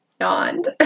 yawned